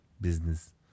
Business